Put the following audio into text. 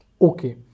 Okay